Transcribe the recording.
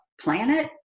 planet